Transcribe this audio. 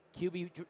QB